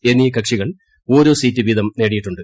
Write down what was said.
S എന്നീ കക്ഷികൾ ഓരോ സീറ്റ് വീതം നേടിയിട്ടുണ്ട്